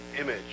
image